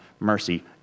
Mercy